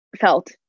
felt